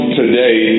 today